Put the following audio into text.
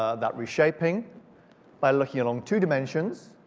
ah that reshaping by looking along two dimensions.